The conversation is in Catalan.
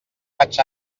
vaig